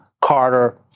Carter